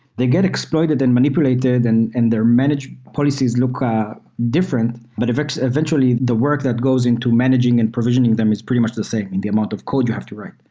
they get exploited and manipulated and and their managed policies look different, but eventually eventually the work that goes into managing and provisioning them is pretty much the same in the amount of code you have to write.